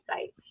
site